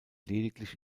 lediglich